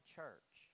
church